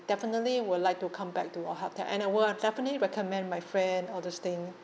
definitely would like to come back to your hotel and I would have definitely recommend my friend all those thing